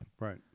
Right